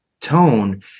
tone